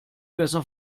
besser